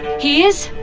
he is?